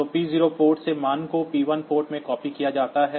तो p0 port से मान को p1 पोर्ट में कॉपी किया जाता है